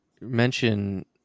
mention